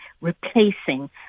replacing